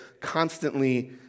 constantly